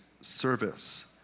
service